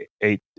eight